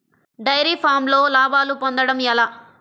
Dairy ఫామ్లో లాభాలు పొందడం ఎలా?